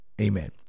Amen